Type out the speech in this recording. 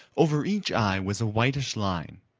over each eye was a whitish line.